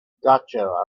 gotcha